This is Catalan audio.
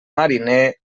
mariner